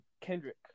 Kendrick